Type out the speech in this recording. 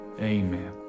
amen